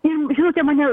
ir žinote mane